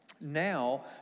Now